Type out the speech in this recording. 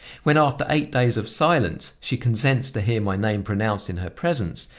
when, after eight days of silence, she consents to hear my name pronounced in her presence,